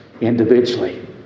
individually